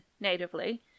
natively